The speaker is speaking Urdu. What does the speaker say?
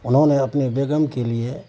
انہوں نے اپنی بیگم کے لیے